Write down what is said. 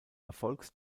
erfolgs